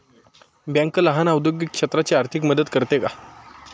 Bank लहान औद्योगिक क्षेत्राची आर्थिक मदत करते का?